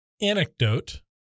anecdote